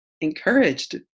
encouraged